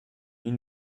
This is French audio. ils